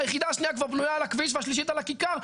היחידה השניה כבר בנויה על הכביש והשלישית על הכיכר,